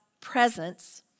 presence